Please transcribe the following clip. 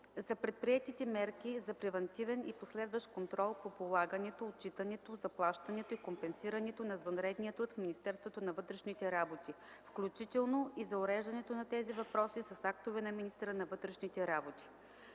за предприетите мерки за превантивен и последващ контрол по полагането, отчитането, заплащането и компенсирането на извънредния труд в Министерството на вътрешните работи, включително и за уреждането на тези въпроси с актове на министъра на вътрешните работи.